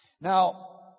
Now